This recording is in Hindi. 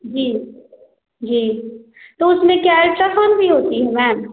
जी जी तो उसमें क्या है अल्ट्रासाउंड भी होता है मैम